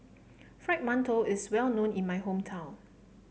Fried Mantou is well known in my hometown